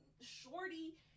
shorty